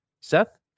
Seth